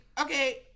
Okay